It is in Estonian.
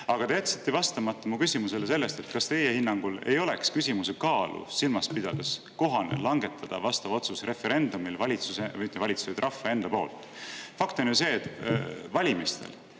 Aga te jätsite vastamata mu küsimuse sellest, kas teie hinnangul ei oleks küsimuse kaalu silmas pidades kohane langetada vastav otsus referendumil rahva enda poolt? Fakt on ju see, et valimistel